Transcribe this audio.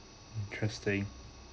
interesting